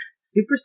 Super